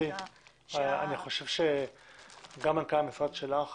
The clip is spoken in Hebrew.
אני חושב שגם מנכ"ל המשרד שלך